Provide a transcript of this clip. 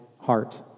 heart